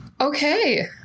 Okay